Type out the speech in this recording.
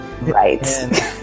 right